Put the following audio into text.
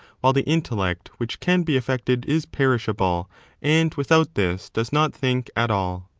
while the intellect which can be affected is perishable and without this does not think at all.